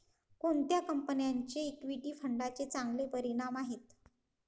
कोणत्या कंपन्यांचे इक्विटी फंडांचे चांगले परिणाम आहेत?